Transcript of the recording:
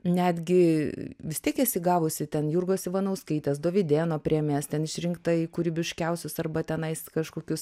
netgi vis tiek esi gavusi ten jurgos ivanauskaitės dovydėno premijas ten išrinkta į kūrybiškiausius arba tenais kažkokius